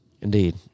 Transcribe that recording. Indeed